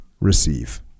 receive